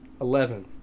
Eleven